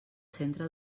centre